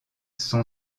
son